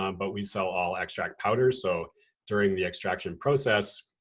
um but we sell all extract powders. so during the extraction process,